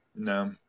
No